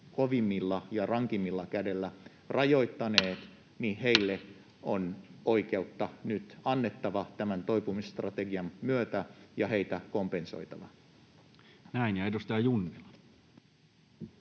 kovimmalla ja rankimmalla kädellä rajoittaneet, on oikeutta nyt annettava tämän toipumisstrategian myötä ja niitä kompensoitava. [Speech 121]